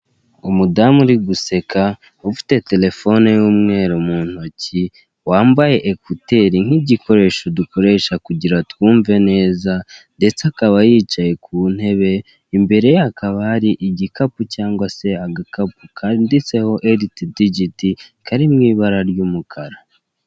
umudamu uri guseka ufite telefone y'umweru mu ntoki wambaye ekuteri nk'igikoresho dukoresha kugira twumve neza, ndetse akaba yicaye ku ntebe, imbere ye hakaba hari igikapu cyangwa se agakapu kanditseho elite digiti kari mu ibara ry'umukara.